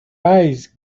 eyes